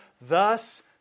thus